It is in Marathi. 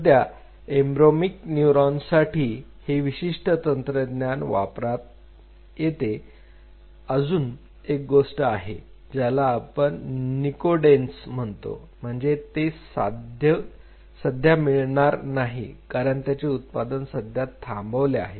सध्या एम्ब्र्योनिक न्यूरॉनसाठी हे विशिष्ट तंत्रज्ञान वापरतात येथे अजून एक गोष्ट आहे त्याला आपण निकोडेन्झ म्हणतो तुम्हाला ते सध्या मिळणार नाही कारण त्याचे उत्पादन सध्या थांबवले आहे